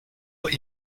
but